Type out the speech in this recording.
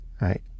right